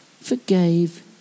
forgave